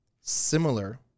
similar